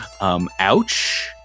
Ouch